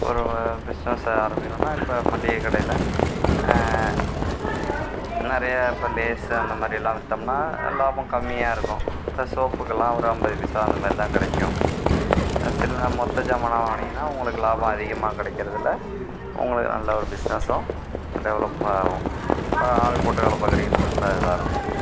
ஒரு பிஸ்னஸில் ஆரம்பிக்கிறோன்னா இப்போ மளிகை கடையில் நிறைய இப்போ லேஸ் அந்த மேரியெல்லாம் விற்றம்னா லாபம் கம்மியாக இருக்கும் க சோப்புகள்லாம் ஒரு ஐம்பது பைசா அந்த மாதிரி தான் கிடைக்கும் சில்னா மொத்த ஜாமான் வாங்கினிங்கன்னா உங்களுக்கு லாபம் அதிகமாக கிடைக்கிறதுல உங்களுக்கு நல்ல ஒரு பிஸ்னஸும் டெவலப்பும் ஆகும் இப்போ ஆள் போட்டு வேலை பார்க்கறீங்கன்னா நல்ல இதாக இருக்கும்